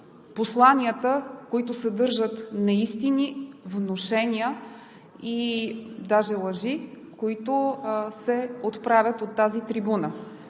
посланията, които съдържат неистини, внушения и даже лъжи, които се отправят от тази трибуна.